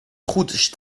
soixante